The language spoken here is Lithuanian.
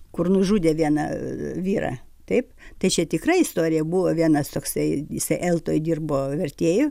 kur nužudė vieną vyrą taip tai čia tikra istorija buvo vienas toksai jisai eltoj dirbo vertėju